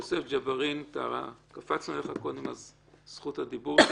יוסף ג'בארין, קפצנו קודם על זכות הדיבור שלך.